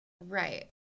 right